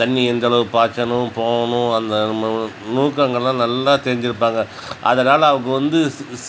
தண்ணி எந்தளவுக்கு பாய்ச்சணும் போகணும் அந்த நம்ம நுணுக்கங்கள்லாம் நல்லா தெரிஞ்சுருப்பாங்க அதனால் அவங்க வந்து